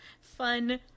fun